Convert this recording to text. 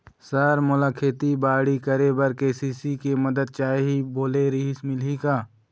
Sir मोला खेतीबाड़ी करेबर के.सी.सी के मंदत चाही बोले रीहिस मिलही का?